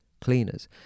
cleaners